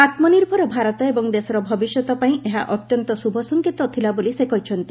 ଆତ୍ମନିର୍ଭର ଭାରତ ଏବଂ ଦେଶର ଭବିଷ୍ୟତ ପାଇଁ ଏହା ଅତ୍ୟନ୍ତ ଶୁଭ ସଙ୍କେତ ଥିଲାବୋଲି ସେ କହିଚ୍ଛନ୍ତି